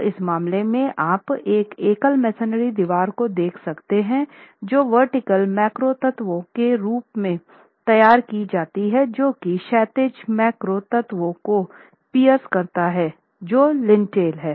तो इस मामले में आप एक एकल मेसनरी दिवार को देख सकते हैं जो ऊर्ध्वाधर मैक्रो तत्वों के रूप में तैयार की जाती है जो कि क्षैतिज मैक्रो तत्वों को पियर्स करता है जो लिंटेल हैं